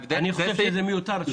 אני חושב שזה מיותר.